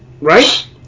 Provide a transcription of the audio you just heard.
Right